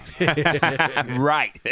Right